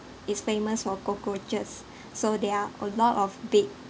is famous for cockroaches so there are a lot of big